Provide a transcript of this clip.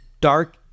dark